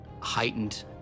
heightened